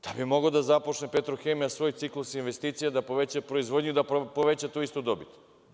Da bi mogla da započne „Petrohemija“ svoje cikluse, investicije i da poveća proizvodnju i da poveća tu istu dobit.